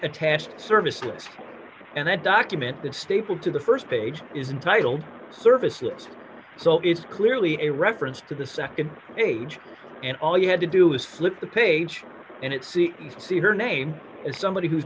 attached services and that document that stapled to the st page is entitled services so it's clearly a reference to the nd page and all you have to do is flip the page and it see see her name as somebody who's